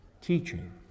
Teaching